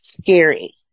scary